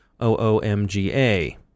OOMGA